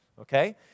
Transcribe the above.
Okay